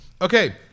Okay